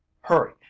hurry